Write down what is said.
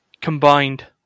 Combined